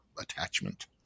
attachment